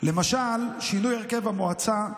למשל שינוי הרכב המועצה,